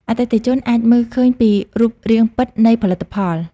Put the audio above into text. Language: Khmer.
អតិថិជនអាចមើលឃើញពីរូបរាងពិតនៃផលិតផល។